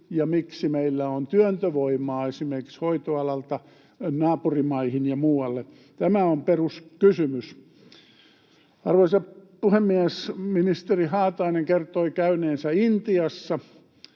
ja miksi meillä on työntövoimaa esimerkiksi hoitoalalta naapurimaihin ja muualle. Tämä on peruskysymys. Arvoisa puhemies! Ministeri Haatainen kertoi käyneensä Intiassa,